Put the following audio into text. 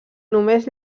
només